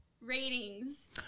ratings